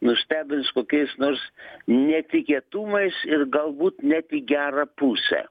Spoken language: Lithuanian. nustebins kokiais nors netikėtumais ir galbūt net į gerą pusę